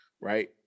right